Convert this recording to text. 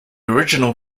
original